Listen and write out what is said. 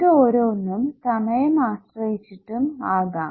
ഇതോരോന്നും സമയം ആശ്രയിച്ചിട്ടും ആകാം